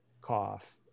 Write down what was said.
cough